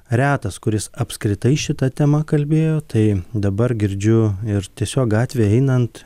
retas kuris apskritai šita tema kalbėjo tai dabar girdžiu ir tiesiog gatvėje einant